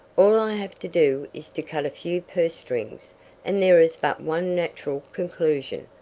all i have to do is to cut a few purse strings and there is but one natural conclusion.